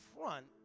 front